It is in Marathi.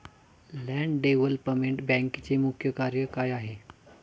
लँड डेव्हलपमेंट बँकेचे मुख्य कार्य काय आहे?